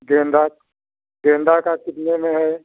गेंदा गेंदे का कितने में है